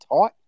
tight